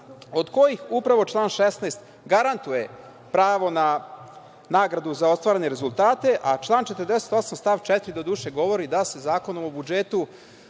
od kojih upravo član 16. garantuje pravo na nagradu za ostvarene rezultate, a član 48. stav 4. doduše govori da se Zakonom o budžetu